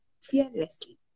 fearlessly